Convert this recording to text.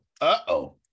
uh-oh